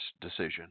decision